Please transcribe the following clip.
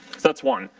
that's one.